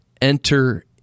enter